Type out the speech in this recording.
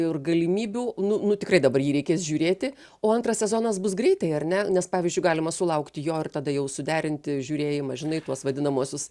ir galimybių nu nu tikrai dabar jį reikės žiūrėti o antras sezonas bus greitai ar ne nes pavyzdžiui galima sulaukti jo ir tada jau suderinti žiūrėjimą žinai tuos vadinamuosius